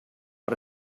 but